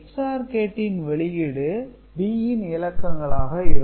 output A B எனவே XOR கேட்டின் வெளியீடு B ன் இலக்கங்களாக இருக்கும்